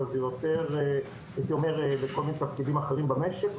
אבל זה יותר הייתי אומר לכל מיני תפקידים אחרים במשק.